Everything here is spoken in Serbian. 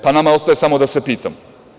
Pa, nama ostaje samo da se pitamo.